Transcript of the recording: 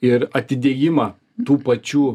ir atidėjimą tų pačių